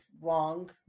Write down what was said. wrong